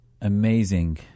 Amazing